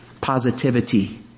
Positivity